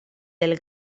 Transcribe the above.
del